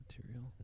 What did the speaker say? material